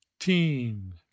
Teen